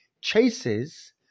chases